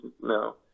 no